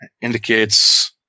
Indicates